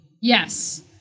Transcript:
Yes